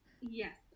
yes